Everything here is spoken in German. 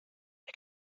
ich